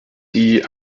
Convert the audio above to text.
die